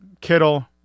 Kittle